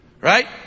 Right